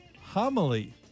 homily